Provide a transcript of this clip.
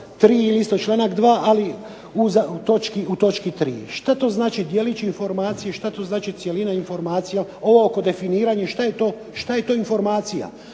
3. ili članak 2. ali u točki 3. što to znači djelić informacije što to znači cjelina informacije, ovo oko definiranja što je to informacija,